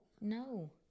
No